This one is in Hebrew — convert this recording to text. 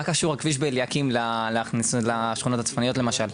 מה קשור הכביש באליקים לשכונות הצפוניות למשל?